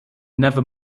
never